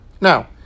Now